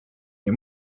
nie